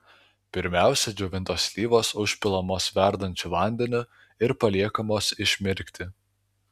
pirmiausia džiovintos slyvos užpilamos verdančiu vandeniu ir paliekamos išmirkti